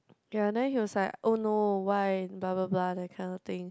ya then he was like oh no why blah blah blah that kind of thing